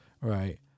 Right